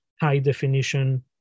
high-definition